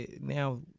now